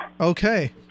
Okay